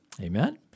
Amen